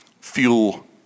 fuel